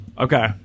okay